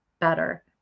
better